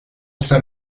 said